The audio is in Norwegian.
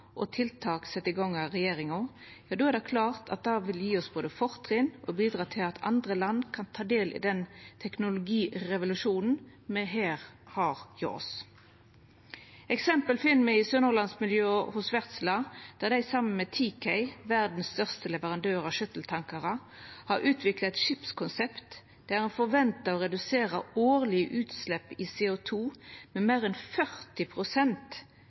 og tiltak sette i gang av regjeringa, er det klart at det både vil gje oss fortrinn og bidra til at andre land kan ta del i den teknologirevolusjonen me her har hjå oss. Eksempel finn me i Sunnhordlands-miljøet, hos Wärtsilä, der dei saman med Teekay, verdas største leverandør av skytteltankarar, har utvikla eit skipskonsept der ein forventar å redusera det årlege utsleppet av CO2 med meir enn